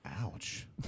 Ouch